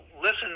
listen